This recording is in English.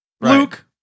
Luke